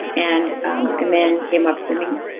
and um a man came up to me,